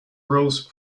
rose